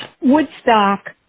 Woodstock